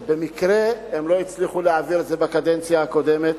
שבמקרה הם לא הצליחו להעביר את זה בקדנציה הקודמת.